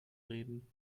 reden